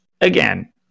again